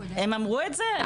הם אמרו את זה,